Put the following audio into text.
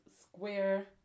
square